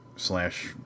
slash